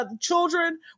Children